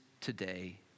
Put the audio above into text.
today